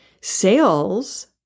Sales